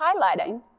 highlighting